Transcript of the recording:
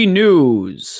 news